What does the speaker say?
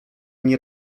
nie